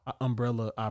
Umbrella